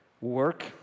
Work